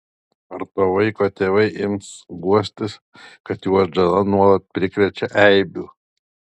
ar to vaiko tėvai ims guostis kad jų atžala nuolat prikrečia eibių